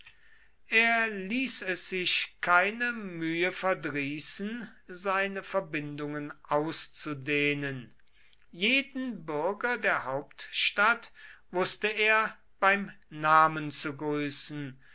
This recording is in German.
er ließ es sich keine mühe verdrießen seine verbindungen auszudehnen jeden bürger der hauptstadt wußte er beim namen zu grüßen